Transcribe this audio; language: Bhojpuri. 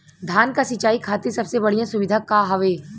धान क सिंचाई खातिर सबसे बढ़ियां सुविधा का हवे?